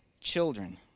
children